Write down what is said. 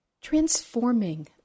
Transforming